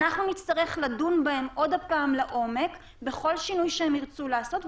נצטרך לדון בהם עוד הפעם לעומק בכל שינוי שהם ירצו לעשות,